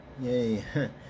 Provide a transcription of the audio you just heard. Yay